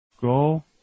go